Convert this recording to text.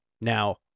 now